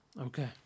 Okay